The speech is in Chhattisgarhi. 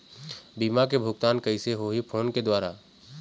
बीमा के भुगतान कइसे होही फ़ोन के द्वारा?